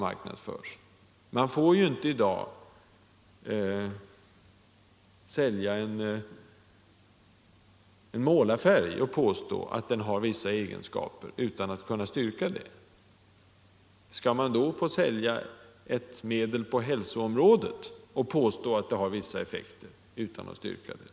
Man får inte i dag sälja en målarfärg och påstå att den har vissa egenskaper, utan att kunna styrka det. Skall man då få sälja ett medel på hälsoområdet och påstå att det har vissa effekter utan att styrka det?